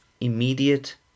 immediate